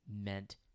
meant